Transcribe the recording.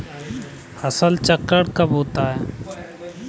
फसल चक्रण कब होता है?